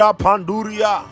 panduria